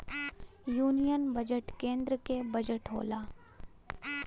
union budget केन्द्र के budget होला